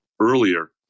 earlier